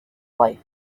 life